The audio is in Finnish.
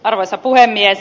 arvoisa puhemies